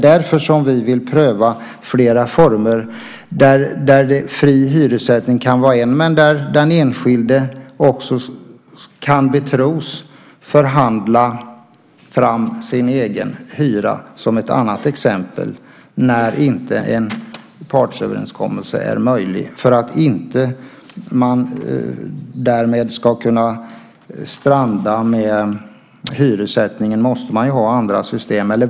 Därför vill vi pröva flera former av vilka fri hyressättning kan vara en och den enskilde kan betros att förhandla fram sin egen hyra när inte en partsöverenskommelse är möjlig. Om man inte ska stranda med hyressättningen måste man ju ha andra system.